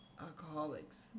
alcoholics